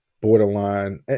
borderline